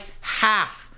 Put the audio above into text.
half